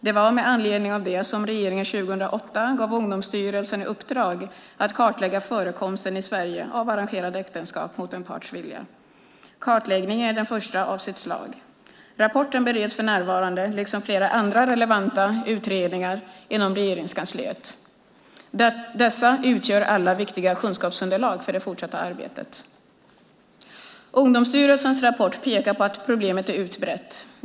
Det var med anledning av det som regeringen 2008 gav Ungdomsstyrelsen i uppdrag att kartlägga förekomsten i Sverige av arrangerade äktenskap mot en parts vilja. Kartläggningen är den första av sitt slag. Rapporten bereds för närvarande, liksom flera andra relevanta utredningar, inom Regeringskansliet. Dessa utgör alla viktiga kunskapsunderlag för det fortsatta arbetet. Ungdomsstyrelsens rapport pekar på att problemet är utbrett.